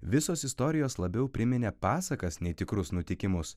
visos istorijos labiau priminė pasakas nei tikrus nutikimus